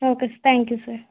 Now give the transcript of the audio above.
okay thank you sir